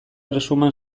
erresuman